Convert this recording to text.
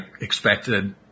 expected